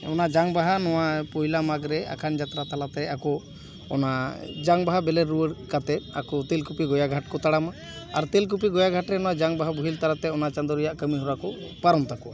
ᱚᱱᱟ ᱡᱟᱝ ᱵᱟᱦᱟ ᱱᱚᱣᱟ ᱯᱚᱭᱞᱟ ᱢᱟᱜᱽ ᱨᱮ ᱟᱠᱷᱟᱱ ᱡᱟᱛᱨᱟ ᱛᱟᱞᱟᱛᱮ ᱟᱠᱚ ᱚᱱᱟ ᱡᱟᱝ ᱵᱟᱦᱟ ᱵᱮᱞᱮ ᱨᱩᱣᱟᱹᱲ ᱠᱟᱛᱮᱫ ᱟᱠᱚ ᱛᱮᱞ ᱠᱩᱯᱤ ᱜᱚᱭᱟ ᱜᱷᱟᱴ ᱠᱚ ᱛᱟᱲᱟᱢᱟ ᱟᱨ ᱛᱮᱞ ᱠᱩᱯᱤ ᱜᱚᱭᱟ ᱜᱷᱟᱴ ᱨᱮ ᱚᱱᱟ ᱡᱟᱝ ᱵᱟᱦᱟ ᱵᱳᱦᱮᱞ ᱛᱟᱞᱟᱛᱮ ᱚᱱᱟ ᱪᱟᱸᱫᱚ ᱨᱮᱭᱟᱜ ᱠᱟᱹᱢᱤ ᱦᱚᱨᱟ ᱠᱚ ᱯᱟᱨᱚᱢ ᱛᱟᱠᱚᱣᱟ